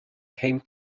came